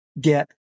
get